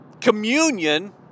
communion